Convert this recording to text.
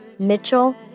Mitchell